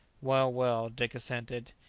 well, well, dick assented,